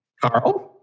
Carl